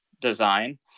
design